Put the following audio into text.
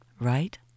right